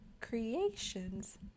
creations